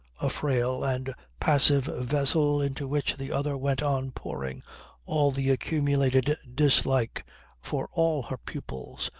a frail and passive vessel into which the other went on pouring all the accumulated dislike for all her pupils,